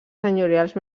senyorials